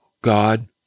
God